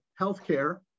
healthcare